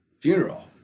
funeral